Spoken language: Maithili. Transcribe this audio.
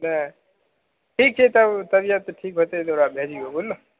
वै ठीक छै तब तबियत ठीक होएतै तऽ ओकरा भेजिओ बुझलहो